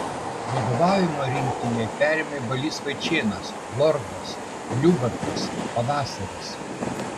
vadovavimą rinktinei perėmė balys vaičėnas lordas liubartas pavasaris